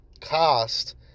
cost